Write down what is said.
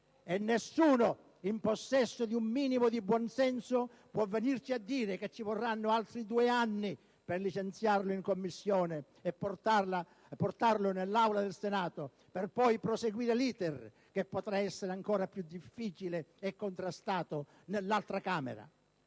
e nessuno in possesso di un minimo dì buon senso può venirci a dire che ci vorranno altri due anni per licenziarlo in Commissione e portarlo nell'Aula del Senato per poi proseguire l'*iter* - che potrà essere ancora più difficile e contrastato - nell'altra Camera.